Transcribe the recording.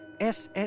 SS